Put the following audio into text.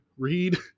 read